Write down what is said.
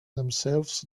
themselves